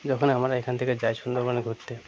যখন আমরা এখান থেকে যাই সুন্দরবনে ঘুরতে